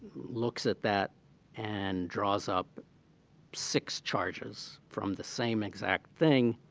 looks at that and draws up six charges from the same exact thing.